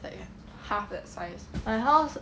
like half that size